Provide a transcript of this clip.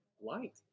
light